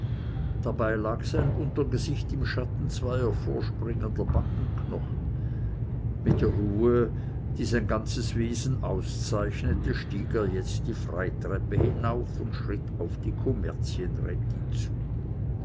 dabei lag sein untergesicht im schatten zweier vorspringender backenknochen mit der ruhe die sein ganzes wesen auszeichnete stieg er jetzt die freitreppe hinauf und schritt auf die kommerzienrätin zu